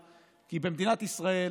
כי במדינת ישראל